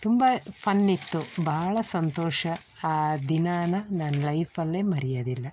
ತುಂಬ ಫನ್ ಇತ್ತು ಬಹಳ ಸಂತೋಷ ಆ ದಿನಾನ ನನ್ನ ಲೈಫಲ್ಲೇ ಮರೆಯೋದಿಲ್ಲ